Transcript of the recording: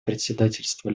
председательство